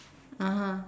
(uh huh)